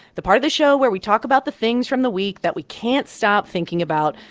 the part of the show where we talk about the things from the week that we can't stop thinking about,